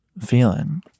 feeling